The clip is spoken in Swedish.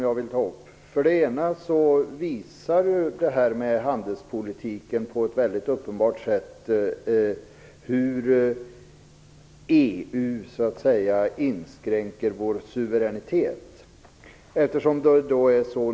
Jag vill ta upp två saker. Den ena är att handelspolitiken på ett väldigt uppenbart sätt visar hur EU inskränker vår suveränitet.